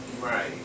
right